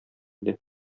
иде